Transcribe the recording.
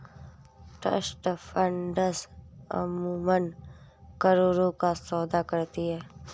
trust funds अमूमन करोड़ों का सौदा करती हैं